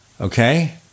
Okay